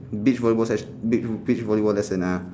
beach ball ball session bea~ beach volleyball lesson lah